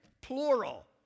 plural